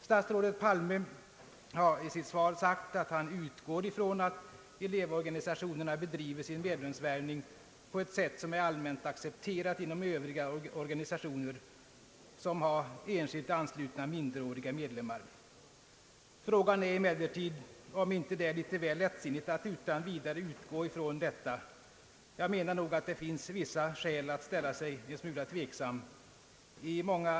Statsrådet Palme säger i sitt svar att han »utgår från att elevorganisationerna bedriver sin medlemsvärvning på ett sätt som är allmänt accepterat inom Övriga organisationer, som har enskilt anslutna minderåriga medlemmar.» Frågan är emellertid om det inte är litet väl lättsinnigt att utgå från det. Jag menar att det finns vissa skäl att ställa sig en smula tveksam i det fallet.